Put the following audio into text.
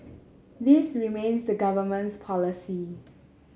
this remains the Government's policy